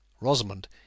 Rosamond